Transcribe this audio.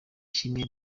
shimwe